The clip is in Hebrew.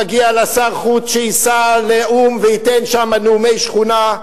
מגיע לה שר חוץ שייסע לאו"ם וייתן שם נאומי שכונה.